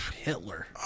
Hitler